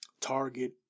Target